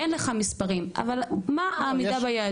אין לך מספרים, אבל מה העמידה ביעדים?